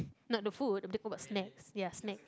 not the food I'm talking about snacks ya snack